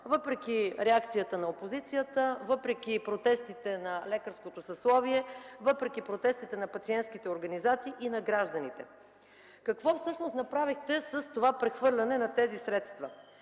въпреки реакцията на опозицията, въпреки протестите на лекарското съсловие и на пациентските организации, на гражданите. Какво всъщност направихте с прехвърлянето на тези средства?